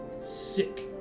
sick